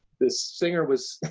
this singer was,